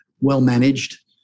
well-managed